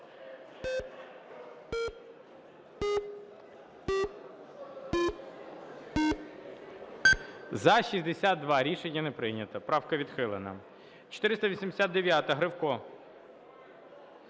За-62 Рішення не прийнято. Правка відхилена. 489-а. Гривко.